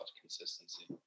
consistency